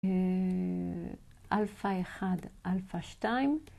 אלפא אחד, אלפא שתיים.